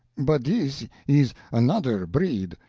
but this is another breed.